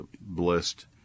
blessed